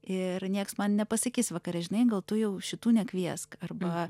ir nieks man nepasakys vakare žinai gal tu jau šitų nekviesk arba